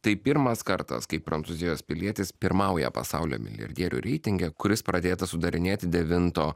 tai pirmas kartas kai prancūzijos pilietis pirmauja pasaulio milijardierių reitinge kuris pradėtas sudarinėti devinto